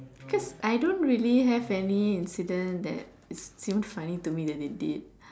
cos I don't really have any incident that seemed funny to me that they did